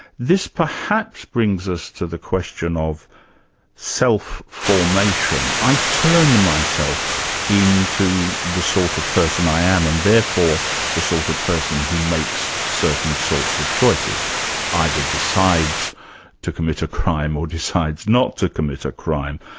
this perhaps brings us to the question of self-formation. i turn myself into the sort of person i am, and therefore the sort of person who makes certain sorts of choices either decides to commit a crime, or decides not to commit a crime.